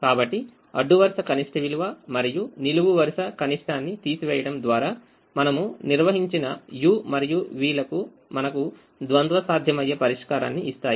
కాబట్టి అడ్డు వరుస కనిష్ట విలువ మరియు నిలువు వరుస కనిష్టాన్ని తీసివేయడం ద్వారా మనము నిర్వహించిన u మరియు v లు మనకు ద్వంద్వ సాధ్యమయ్యే పరిష్కారాన్ని ఇస్తాయి